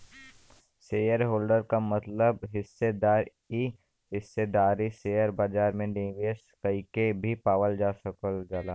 shareholder क मतलब हिस्सेदार इ हिस्सेदारी शेयर बाजार में निवेश कइके भी पावल जा सकल जाला